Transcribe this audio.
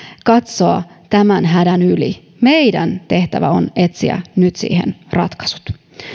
katsoa tämän hädän yli meidän tehtävämme on etsiä nyt siihen ratkaisut